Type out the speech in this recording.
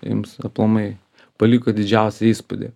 jums aplamai paliko didžiausią įspūdį